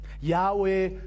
Yahweh